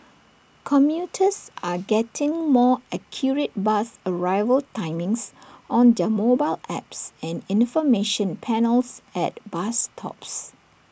commuters are getting more accurate bus arrival timings on their mobile apps and information panels at bus stops